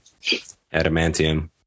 adamantium